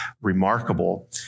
remarkable